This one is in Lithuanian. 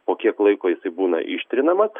po kiek laiko jisai būna ištrinamas